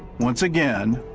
once again,